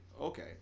okay